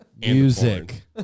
music